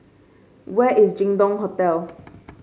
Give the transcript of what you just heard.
where is Jin Dong Hotel